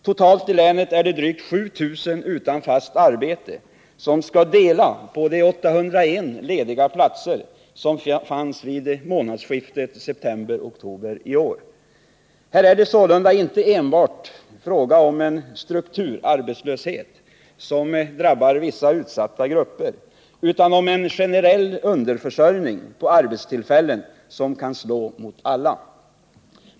Totalt i länet är det drygt 7 000 utan fast arbete som skall dela på de 801 lediga platser som fanns vid månadsskiftet september-oktober i år. Här är det sålunda inte enbart fråga om en strukturarbetslöshet, som drabbar vissa utsatta grupper, utan om en generell underförsörjning på arbetstillfällen, som kan slå mot alla.